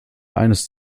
eines